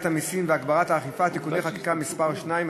המסים והגברת האכיפה (תיקוני חקיקה) (מס' 2),